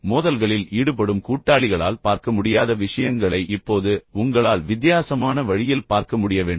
மோதல்களில் ஈடுபடும் கூட்டாளிகளால் பார்க்க முடியாத விஷயங்களை இப்போது உங்களால் வித்யாசமான வழியில் பார்க்க முடிய வேண்டும்